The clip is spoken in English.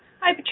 Hi